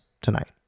tonight